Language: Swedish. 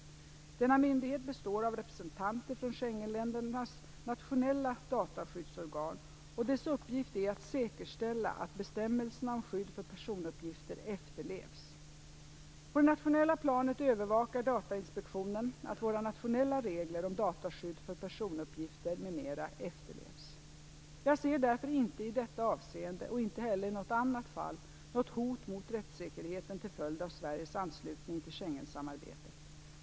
Denna myndighet består av representanter från Schengenländernas nationella dataskyddsorgan och dess uppgift är att säkerställa att bestämmelserna om skydd för personuppgifter efterlevs. På det nationella planet övervakar Datainspektionen att våra nationella regler om dataskydd för personuppgifter m.m. efterlevs. Jag ser därför inte i detta avseende och inte heller i något annat fall något hot mot rättssäkerheten till följd av Sveriges anslutning till Schengensamarbetet.